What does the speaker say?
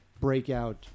breakout